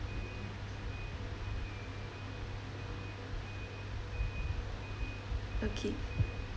okay